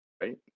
Right